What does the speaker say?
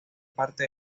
parte